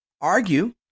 argue